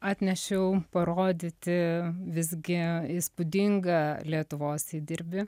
atnešiau parodyti visgi įspūdingą lietuvos įdirbį